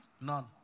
None